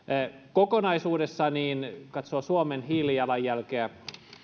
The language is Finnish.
kokonaisuudessaan kun katsoo suomen hiilijalanjälkeä